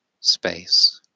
space